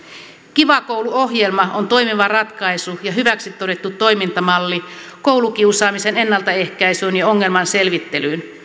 kiva koulu ohjelma on toimiva ratkaisu ja hyväksi todettu toimintamalli koulukiusaamisen ennaltaehkäisyyn ja ongelman selvittelyyn